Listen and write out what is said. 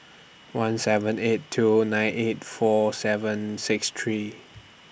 one seven eight two nine eight four seven six three